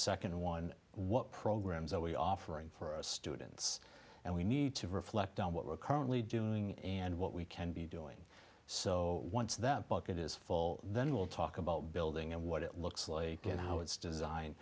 second one what programs are we offering for students and we need to reflect on what we're currently doing and what we can be doing so once that bucket is full then we'll talk about building and what it looks like and how it's design